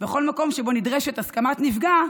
בכל מקום שבו נדרשת הסכמת נפגע,